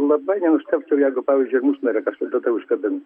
labai nenustebčiau jeigu pavyzdžiui musmirę kažkokią tai užkabins